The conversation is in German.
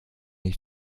ich